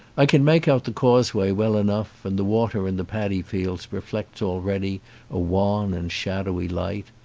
i can make out the causeway well enough and the water in the padi fields reflects already a wan and shadowy light.